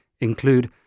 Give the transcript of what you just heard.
include